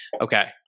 Okay